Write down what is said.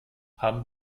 haben